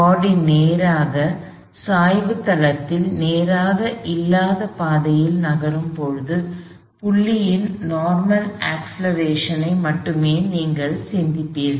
பாடி நேராக சாய்வு தளத்தில் நேராக இல்லாத பாதையில் நகரும் போது புள்ளியின் நார்மல் அக்ஸ்லெரேஷன் ஐ மட்டுமே நீங்கள் சந்திப்பீர்கள்